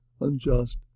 unjust